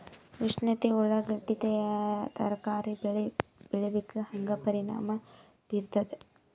ಉಷ್ಣತೆ ಉಳ್ಳಾಗಡ್ಡಿ ತರಕಾರಿ ಬೆಳೆ ಮೇಲೆ ಹೇಂಗ ಪರಿಣಾಮ ಬೀರತದ?